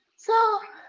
so